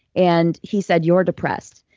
and he said, you're depressed.